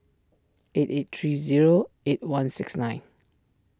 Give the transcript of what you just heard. eight eight three zero eight one six nine